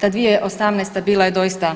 Ta 2018. bila je doista